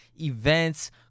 Events